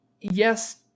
yes